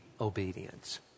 obedience